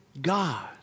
God